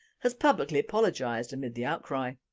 has publicly apologised amid the outcry.